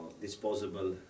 disposable